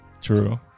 True